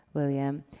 william.